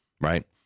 Right